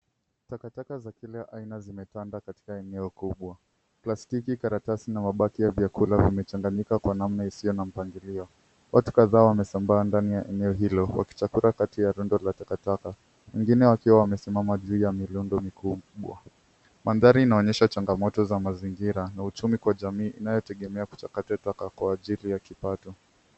Takataka za kila aina zimetanda katika eneo kubwa. Plastiki, karatasi na mabaki ya vyakula vimechanganyika kwa namna isiyo na mpangilio. Watu kadhaa wamesambaa ndani ya eneo hilo wakichakura kati ya rundo la takataka. Wengine wakiwa wamesimama juu ya milundo mikuu mikubwa. Mandhari inaonyesha changamoto za mazingira na uchumi kwa jamii inayotegemea kuchakata taka kwa ajili ya kipato.